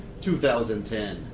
2010